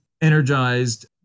energized